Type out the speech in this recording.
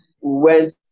went